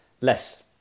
less